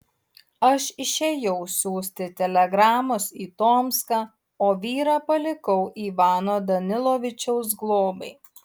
aš išėjau siųsti telegramos į tomską o vyrą palikau ivano danilovičiaus globai